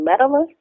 medalists